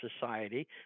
society